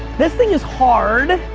this thing is hard.